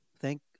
Thank